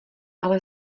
ale